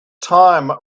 time